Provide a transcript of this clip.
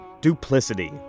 Duplicity